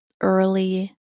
early